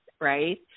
Right